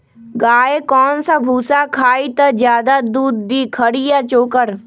गाय कौन सा भूसा खाई त ज्यादा दूध दी खरी या चोकर?